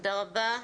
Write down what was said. תודה רבה.